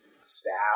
staff